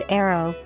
arrow